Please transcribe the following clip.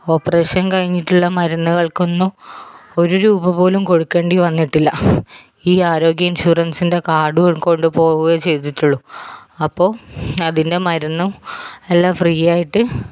operation കഴിഞ്ഞിട്ടുള്ള മരുന്നുകൾക്കൊന്നും ഒരു രൂപ പോലും കൊടുക്കേണ്ടി വന്നിട്ടില്ല ഈ ആരോഗ്യ ഇൻഷൂറൻസിൻ്റെ കാർഡും കൊണ്ടുപോവുകയേ ചെയ്തിട്ടുള്ളൂ അപ്പം അതിൻ്റെ മരുന്നും എല്ലാ ഫ്രീ ആയിട്ട്